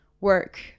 work